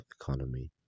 economy